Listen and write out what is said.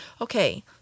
okay